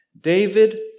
David